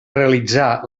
realitzar